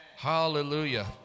Hallelujah